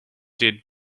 did